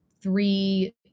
three